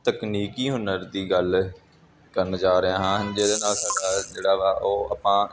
ਤਕਨੀਕੀ ਹੁਨਰ ਦੀ ਗੱਲ ਕਰਨ ਜਾ ਰਿਹਾ ਹਾਂ ਜਿਹਦੇ ਨਾਲ ਸਾਡਾ ਜਿਹੜਾ ਵਾ ਉਹ ਆਪਾਂ